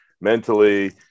mentally